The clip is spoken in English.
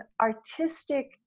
artistic